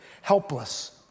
helpless